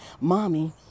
mommy